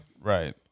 Right